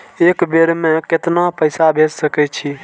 एक बेर में केतना पैसा भेज सके छी?